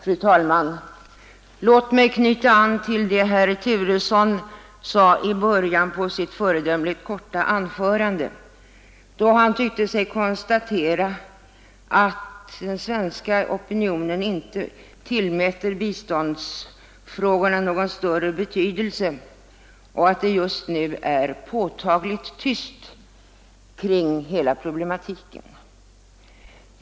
Fru talman! Låt mig knyta an till det herr Turesson sade i början på sitt föredömligt korta anförande, då han tyckte sig kunna konstatera att den svenska opinionen inte tillmäter biståndsfrågorna någon större betydelse och att det just nu är påtagligt tyst kring hela problematiken.